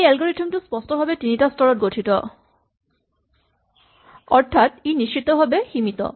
এই এলগৰিথম টো স্পষ্টভাৱে তিনিটা স্তৰত গঠিত অৰ্থাৎ সি নিশ্চিত ভাৱে সীমিত